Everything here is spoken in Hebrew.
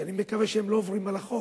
ואני מקווה שהם לא עוברים על החוק,